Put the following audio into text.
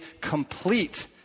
complete